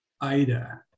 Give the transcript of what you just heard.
Ida